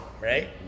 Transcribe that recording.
right